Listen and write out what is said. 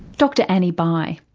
dr annie bye.